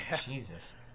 jesus